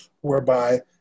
whereby